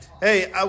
Hey